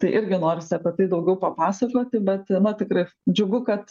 tai irgi norisi apie tai daugiau papasakoti bet na tikrai džiugu kad